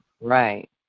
Right